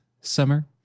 summer